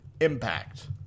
impact –